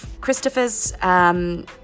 christopher's